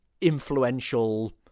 influential